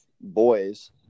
boys